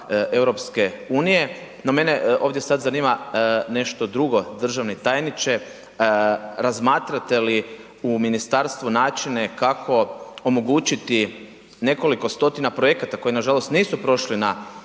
sredstava EU, no mene ovdje sad zanima nešto drugo državni tajniče. Razmatrate li u ministarstvu načine kako omogućiti nekoliko stotina projekata koji nažalost nisu prošli